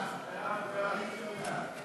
12, אדוני?